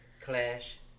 Clash